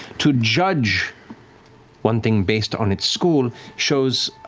to judge one thing based on its school shows,